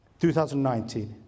2019